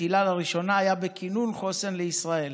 הילה לראשונה היה בכינון חוסן לישראל,